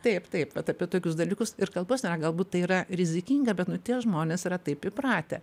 taip taip vat apie tokius dalykus ir kalbos nėra galbūt tai yra rizikinga bet nu tie žmonės yra taip įpratę